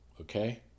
okay